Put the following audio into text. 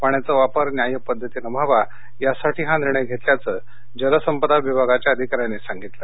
पाण्याच्या वापर न्याय्य पद्धतीनं व्हावा यासाठी हा निर्णय घेतल्याचं जलसंपदा विभागाच्या अधिकाऱ्यांनी सांगितलं